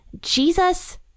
Jesus